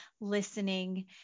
listening